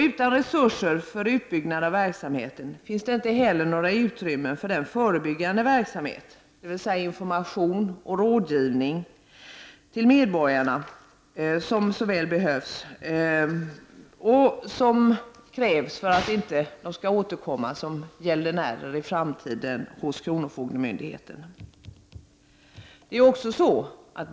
Utan resurser att använda till utbyggnad av verksamheten finns inte heller några utrymmen för den förebyggande verksamhet, dvs. information och rådgivning till medborgarna, som så väl behövs och som är nödvändig för att dessa medborgare inte i framtiden skall återkomma till kronofogdemyndigheten som gäldenärer.